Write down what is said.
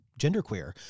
genderqueer